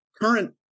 current